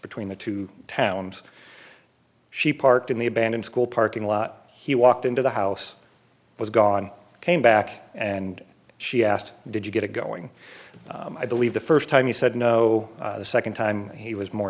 between the two towns she parked in the abandoned school parking lot he walked into the house was gone came back and she asked did you get a going i believe the first time he said no the second time he was more